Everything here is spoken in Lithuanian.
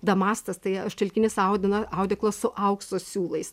damastas tai šilkinis audena audeklas su aukso siūlais